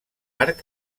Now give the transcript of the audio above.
arc